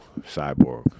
Cyborg